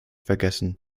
vergessen